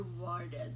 rewarded